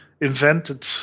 invented